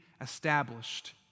established